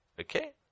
Okay